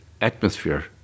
atmosphere